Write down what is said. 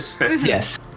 Yes